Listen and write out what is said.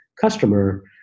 customer